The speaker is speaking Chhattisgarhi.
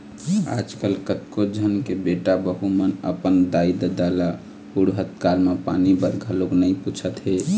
आजकल कतको झन के बेटा बहू मन अपन दाई ददा ल बुड़हत काल म पानी बर घलोक नइ पूछत हे